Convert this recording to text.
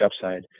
upside